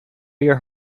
your